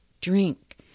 drink